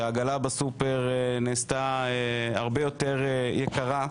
שהעגלה בסופר נעשתה הרבה יותר יקרה,